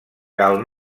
cal